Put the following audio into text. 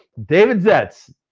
david zetts